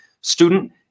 Student